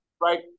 right